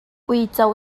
uico